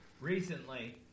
recently